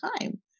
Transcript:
time